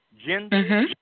gender